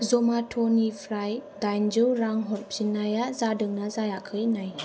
जमेट'निफ्राय दाइनजौ रां हरफिन्नाया जादोंना जायाखै नाय